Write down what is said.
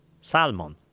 Salmon